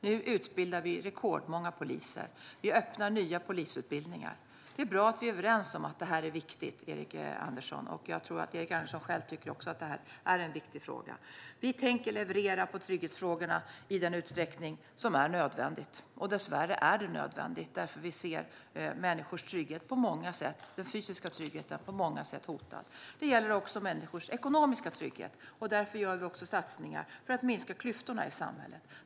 Nu utbildar vi rekordmånga poliser. Vi öppnar nya polisutbildningar. Det är bra att vi är överens om att detta är viktigt, Erik Andersson. Jag tror att Erik Andersson själv också tycker att detta är en viktig fråga. Vi tänker leverera på trygghetsfrågorna i den utsträckning som är nödvändig. Dessvärre är det nödvändigt, för vi ser att människors fysiska trygghet på många sätt är hotad. Det gäller också människors ekonomiska trygghet. Därför gör vi också satsningar för att minska klyftorna i samhället.